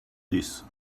this